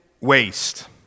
waste